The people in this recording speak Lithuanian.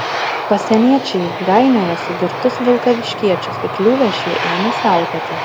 pasieniečiai gainiojosi girtus vilkaviškiečius įkliuvę šie ėmė siautėti